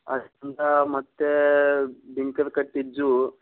ಅಲ್ಲಿಂದ ಮತ್ತೆ ಬಿಂಕದಕಟ್ಟಿ ಜೂ